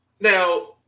now